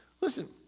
Listen